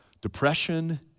depression